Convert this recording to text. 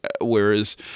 whereas